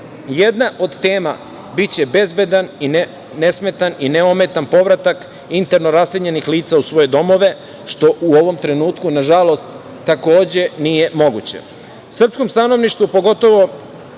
naveo. Jedna od tema biće bezbedan, nesmetan i neometan povratak interno raseljenih lica u svoje domove, što u ovom trenutku, nažalost, takođe nije moguće. Srpskom stanovništvu pogotovo